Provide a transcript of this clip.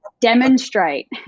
demonstrate